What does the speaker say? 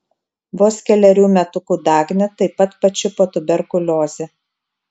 vos kelerių metukų dagnę taip pat pačiupo tuberkuliozė